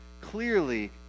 Clearly